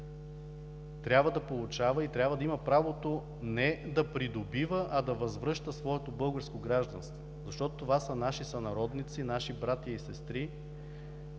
трябва да получава и да има правото не да придобива, а да възвръща своето българско гражданство, защото това са наши сънародници, наши братя и сестри,